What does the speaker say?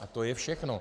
A to je všechno.